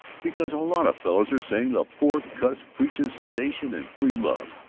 because a lot of fellows are saying the poor cuss preaches sedition and free love,